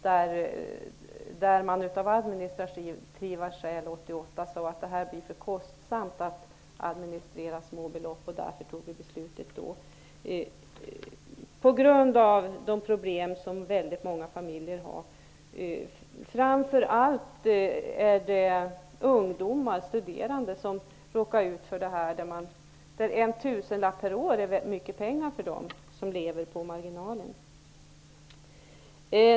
1988 sade man att det av administrativa skäl blir för kostsamt att hantera små belopp. Vi fattade då beslut om detta på grund av de problem som väldigt många familjer har. Framför allt råkar ungdomar, t.ex. studerande, ut för det här. En tusenlapp är mycket pengar för dem som lever på marginalen.